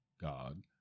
God